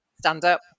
stand-up